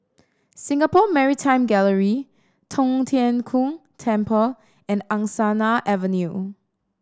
Singapore Maritime Gallery Tong Tien Kung Temple and Angsana Avenue